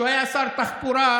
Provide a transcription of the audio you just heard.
וכשהוא היה שר תחבורה,